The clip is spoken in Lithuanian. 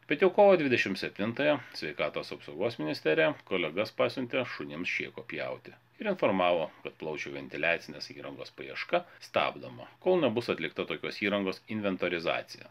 bet jau kovo dvidešimt septintąją sveikatos apsaugos ministerija kolegas pasiuntė šunims šėko pjauti ir informavo kad plaučių ventiliacinės įrangos paieška stabdoma kol nebus atlikta tokios įrangos inventorizacija